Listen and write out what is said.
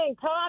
Tom